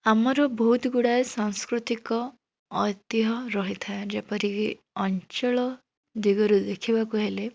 ଆମର ବହୁତ ଗୁଡ଼ାଏ ସାଂସ୍କୃତିକ ଐତିହ୍ୟ ରହିଥାଏ ଯେପରିକି ଅଞ୍ଚଳ ଦିଗରୁ ଦେଖିବାକୁ ହେଲେ